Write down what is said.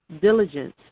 diligence